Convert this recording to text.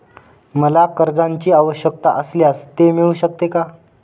मला कर्जांची आवश्यकता असल्यास ते मिळू शकते का?